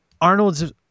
Arnold's